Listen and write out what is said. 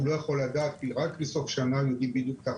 הוא לא יכול לדעת כי רק בסוף השנה יודעים בדיוק את ההכנסה,